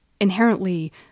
inherently